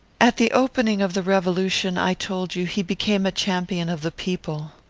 at the opening of the revolution, i told you, he became a champion of the people.